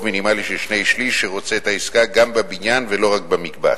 מינימלי של שני-שלישים שרוצה את העסקה גם בבניין ולא רק במקבץ.